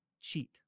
cheat